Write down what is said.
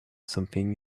something